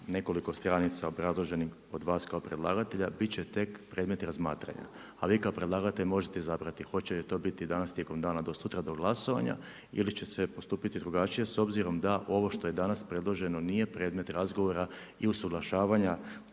nekoliko stranica obrazloženi od vas kao predlagatelja, bit će tek predmet razmatranja, a vi kao predlagatelj možete izabrati hoće li to biti danas tijekom dana do sutra do glasovanja ili će se postupiti drugačije s obzirom da ovo što je danas predloženo nije predmet razgovora i usuglašavanja